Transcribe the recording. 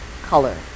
color